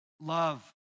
love